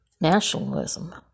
nationalism